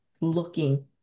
looking